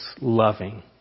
loving